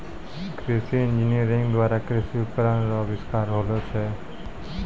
कृषि इंजीनियरिंग द्वारा कृषि उपकरण रो अविष्कार होलो छै